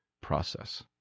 process